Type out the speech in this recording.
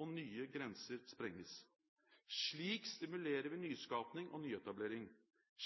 og nye grenser sprenges. Slik stimulerer vi til nyskaping og nyetablering.